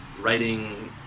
writing